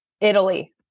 Italy